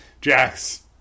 Jax